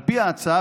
על פי ההצעה,